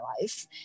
life